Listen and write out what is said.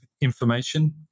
information